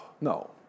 No